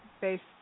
based